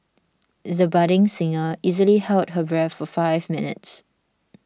the budding singer easily held her breath for five minutes